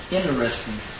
Interesting